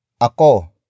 Ako